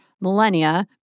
millennia